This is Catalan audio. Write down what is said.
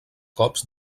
cops